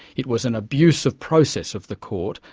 it was an abuse of process of the court,